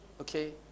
Okay